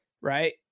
right